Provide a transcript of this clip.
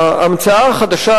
ההמצאה החדשה,